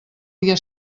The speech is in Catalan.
dia